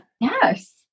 Yes